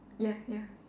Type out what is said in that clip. ya ya